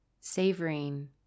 savoring